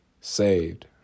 saved